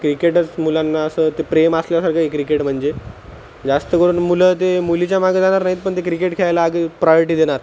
क्रिकेटच मुलांना असं ते प्रेम असल्यासारखं आहे क्रिकेड म्हणजे जास्तकरून मुलं ते मुलींच्या मागं जाणार नाहीत पण ते क्रिकेट खेळायला आग् प्रायॉरिटी देणार